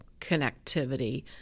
connectivity